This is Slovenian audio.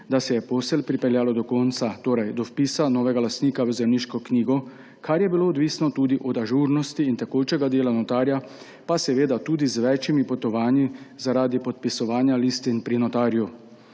da se je posel pripeljalo do konca, torej do vpisa novega lastnika v Zemljiško knjigo, kar je bilo odvisno tudi od ažurnosti in tekočega dela notarja, in seveda tudi z več potovanji zaradi podpisovanja listin pri notarju.